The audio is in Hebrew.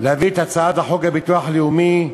להביא את הצעת חוק הביטוח הלאומי,